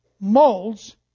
molds